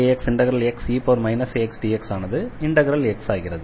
eaxXe axdx என்பது Xdx ஆகிறது